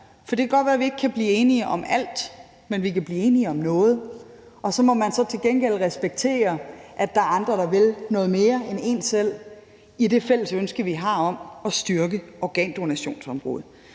For det kan godt være, at vi ikke kan blive enige om alt, men vi kan blive enige om noget, og så må man til gengæld respektere, at der er andre, der vil noget mere end en selv i det fælles ønske, vi har, om at styrke organdonationsområdet.